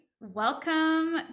welcome